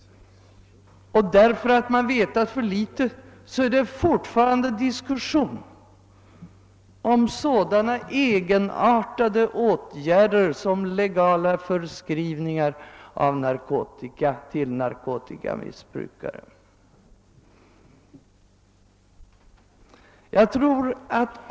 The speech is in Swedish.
Eftersom man har vetat för litet, diskuteras också fortfarande sådana egenartade åtgärder som legala förskrivningar av narkotika till narkotikamissbrukare.